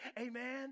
Amen